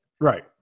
Right